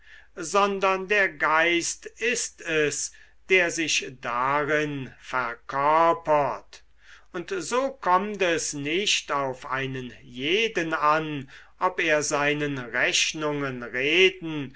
sondern der geist ist es der sich darin verkörpert und so kommt es nicht auf einen jeden an ob er seinen rechnungen reden